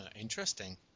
interesting